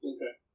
Okay